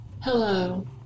Hello